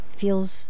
feels